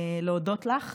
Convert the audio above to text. להודות לך